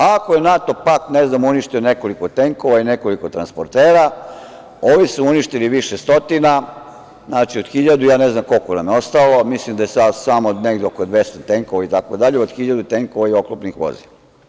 Ako je NATO pakt uništio nekoliko tenkova i nekoliko transportera, ovi su uništili više stotina, znači od hiljadu, ne znam koliko nam je ostalo, mislim da je samo negde oko 200 tenkova, itd, od hiljadu tenkova i oklopnih vozila.